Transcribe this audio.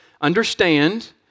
understand